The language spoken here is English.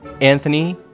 Anthony